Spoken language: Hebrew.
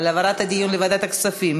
על העברת הדיון לוועדת הכספים.